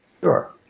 Sure